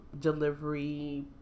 delivery